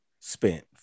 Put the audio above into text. Spent